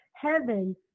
Heaven